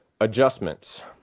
adjustments